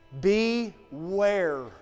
Beware